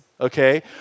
okay